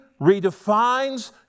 redefines